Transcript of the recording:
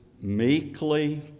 meekly